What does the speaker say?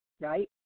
right